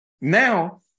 Now